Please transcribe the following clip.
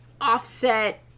offset